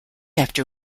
after